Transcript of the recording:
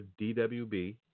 DWB